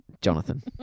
Jonathan